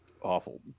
awful